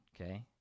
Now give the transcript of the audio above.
okay